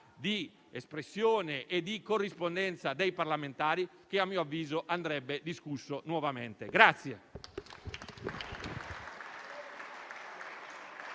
di espressione e di corrispondenza dei parlamentari sono temi che a mio avviso andrebbero discussi nuovamente.